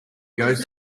goes